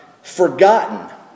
forgotten